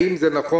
האם זה נכון?